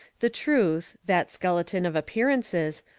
the truth, that skeleton of appearances,